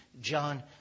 John